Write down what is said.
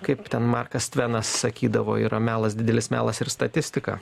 kaip ten markas tvenas sakydavo yra melas didelis melas ir statistika